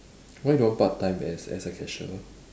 why don't want part-time as as a cashier